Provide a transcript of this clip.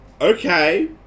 okay